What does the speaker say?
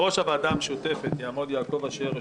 בראש הוועדה המשותפת יעמוד יעקב אשר,